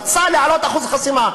רצה להעלות את אחוז החסימה,